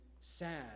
sad